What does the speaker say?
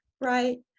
Right